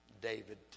David